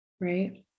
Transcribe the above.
right